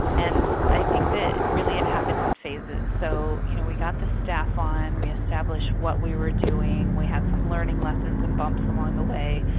and i think that really it happened in phases. so you know we got the staff on. we established what we were doing. we had some learning lessons and bumps along the way.